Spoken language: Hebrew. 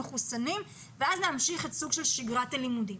מחוסנים ואז להמשיך סוג של שגרת לימודים.